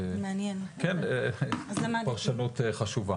כן, זו פרשנות חשובה.